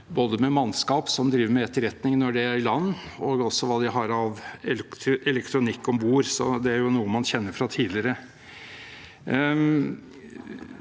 både mannskap som driver med etterretning når de er i land, og hva de har av elektronikk om bord. Det er jo noe man kjenner fra tidligere.